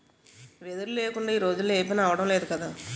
వెదురు లేకుందా ఈ రోజుల్లో ఏపనీ అవడం లేదు కదా